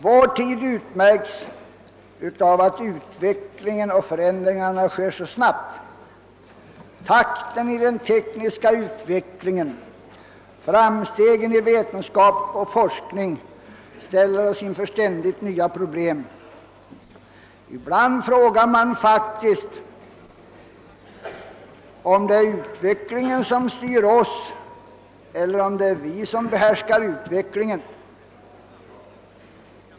Vår tid utmärks av att utvecklingen och förändringarna sker så snabbt. Takten i den tekniska utvecklingen och framstegen i vetenskap och forskning ställer oss inför ständigt nya problem. Ibland frågar man sig faktiskt, om det är utvecklingen som styr oss eller om det är vi som be härskar utvecklingen.